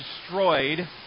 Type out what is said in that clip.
destroyed